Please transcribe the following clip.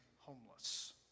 homeless